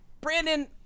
Brandon